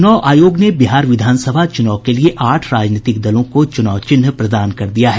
चुनाव आयोग ने बिहार विधानसभा चुनाव के लिये आठ राजनीतिक दलों को चुनाव चिन्ह प्रदान कर दिया है